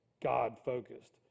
God-focused